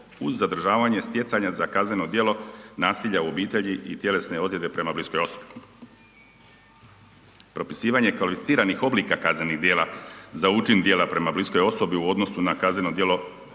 uz zadržavanje stjecanja za kazneno djelo nasilja u obitelji i tjelesne ozljede prema bliskoj osobi. Propisivanje kvalificiranih oblika kaznenih djela za učin djela prema bliskoj osobi u odnosu na kazneno djelo